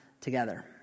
together